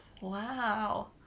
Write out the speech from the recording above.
wow